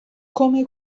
come